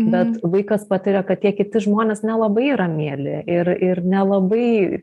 bet vaikas patiria kad tie kiti žmonės nelabai yra mieli ir ir nelabai